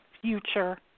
future